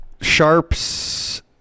Sharps